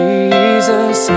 Jesus